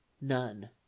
none